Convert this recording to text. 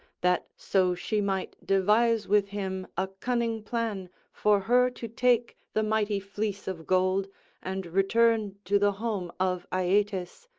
that so she might devise with him a cunning plan for her to take the mighty fleece of gold and return to the home of aeetes,